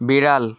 বেড়াল